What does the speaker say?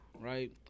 right